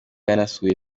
yanasuye